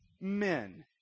men